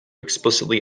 explicitly